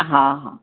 हा हा